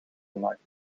gemaakt